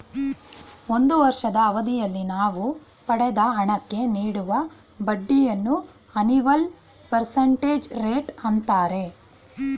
ಒಂದು ವರ್ಷದ ಅವಧಿಯಲ್ಲಿ ನಾವು ಪಡೆದ ಹಣಕ್ಕೆ ನೀಡುವ ಬಡ್ಡಿಯನ್ನು ಅನಿವಲ್ ಪರ್ಸೆಂಟೇಜ್ ರೇಟ್ ಅಂತಾರೆ